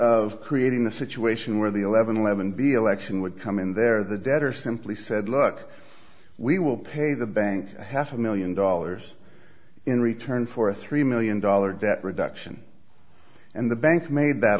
of creating the situation where the eleven eleven b election would come in there the debtor simply said look we will pay the bank half a million dollars in return for a three million dollars debt reduction and the bank made that